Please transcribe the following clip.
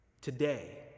Today